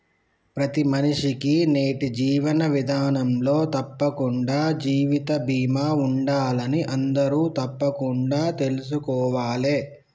ప్రతి మనిషికీ నేటి జీవన విధానంలో తప్పకుండా జీవిత బీమా ఉండాలని అందరూ తప్పకుండా తెల్సుకోవాలే